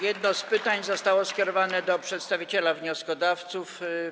Jedno z pytań zostało skierowane do przedstawiciela wnioskodawców.